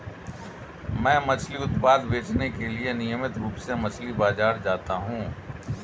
मैं मछली उत्पाद बेचने के लिए नियमित रूप से मछली बाजार जाता हूं